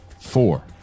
four